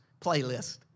playlist